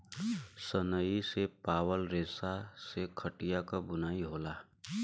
सनई से पावल रेसा से खटिया क बुनाई होला